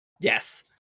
yes